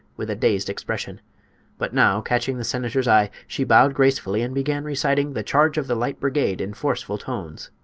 with a dazed expression but now, catching the senator's eye, she bowed gracefully and began reciting the charge of the light brigade in forceful tones.